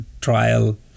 trial